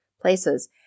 places